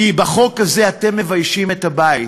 כי בחוק הזה אתם מביישים את הבית.